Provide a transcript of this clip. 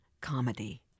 comedy